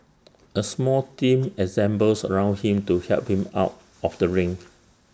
A small team assembles around him to help him out of the ring